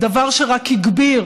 דבר שרק הגביר